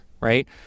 right